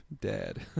dead